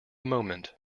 moment